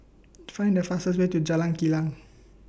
Find The fastest Way to Jalan Kilang